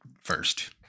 first